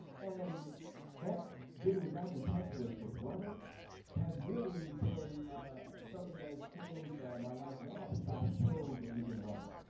and that getting back in touch with with running has really been something that has changed my life now because i still engage in running.